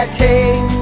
take